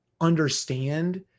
understand